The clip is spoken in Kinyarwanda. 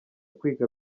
kwiga